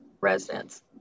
residents